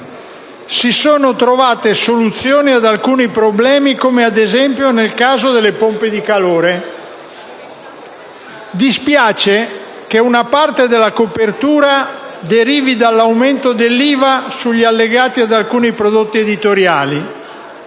Si sono trovate soluzioni ad alcuni problemi, come ad esempio nel caso delle pompe di calore. Dispiace che una parte della copertura derivi dall'aumento dell'IVA sugli allegati ad alcuni prodotti editoriali.